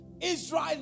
Israel